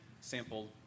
sampled